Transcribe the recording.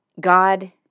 God